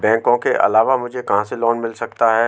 बैंकों के अलावा मुझे कहां से लोंन मिल सकता है?